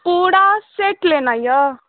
पूरा सेट लेनाइ यऽ